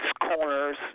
corners